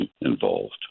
involved